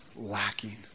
lacking